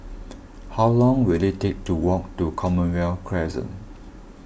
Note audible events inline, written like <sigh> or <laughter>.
<noise> how long will it take to walk to Commonwealth Crescent